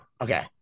Okay